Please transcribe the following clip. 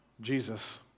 Jesus